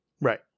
Right